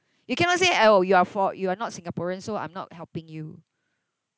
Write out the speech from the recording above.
you cannot say oh you're for~ you are not singaporean so I'm not helping you